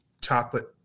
chocolate